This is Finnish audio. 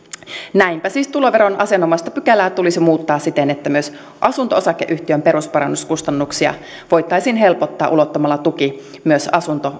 näinpä siis tuloveron asianomaista pykälää tulisi muuttaa siten että myös asunto osakeyhtiön perusparannuskustannuksia voitaisiin helpottaa ulottamalla tuki myös asunto